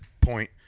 point